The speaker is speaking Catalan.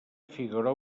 figaró